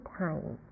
time